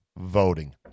voting